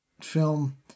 film